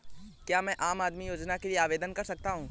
क्या मैं आम आदमी योजना के लिए आवेदन कर सकता हूँ?